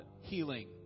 healing